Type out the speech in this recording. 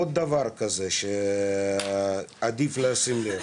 עוד דבר שצריך לשים לב,